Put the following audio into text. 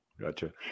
Gotcha